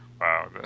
Wow